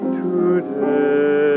today